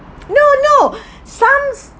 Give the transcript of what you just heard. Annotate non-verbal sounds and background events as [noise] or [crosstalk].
no no [breath] some